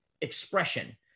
expression